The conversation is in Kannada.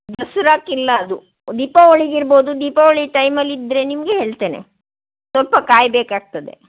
ದಸ್ರಾಗೆ ಇಲ್ಲ ಅದು ದೀಪಾವಳಿಗೆ ಇರ್ಬಹುದು ದೀಪಾವಳಿ ಟೈಮಲ್ಲಿದ್ದರೆ ನಿಮಗೆ ಹೇಳ್ತೇನೆ ಸ್ವಲ್ಪ ಕಾಯಬೇಕಾಗ್ತದೆ